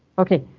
ok,